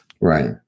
Right